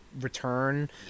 return